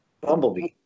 Bumblebee